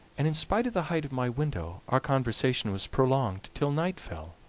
and in spite of the height of my window our conversation was prolonged till night fell,